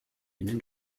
einen